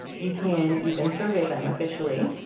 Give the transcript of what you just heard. you can even survey them officially.